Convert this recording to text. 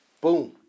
Boom